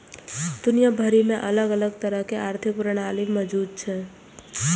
दुनिया भरि मे अलग अलग तरहक आर्थिक प्रणाली मौजूद छै